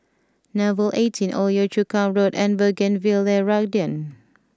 Nouvel Eighteen Old Yio Chu Kang Road and Bougainvillea Garden